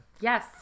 Yes